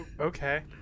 okay